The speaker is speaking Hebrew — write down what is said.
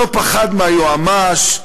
לא פחד מהיועמ"ש,